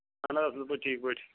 اَہَن حظ اَصٕل پٲٹھۍ ٹھیٖک پٲٹھۍ